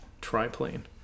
triplane